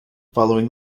following